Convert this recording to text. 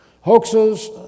Hoaxes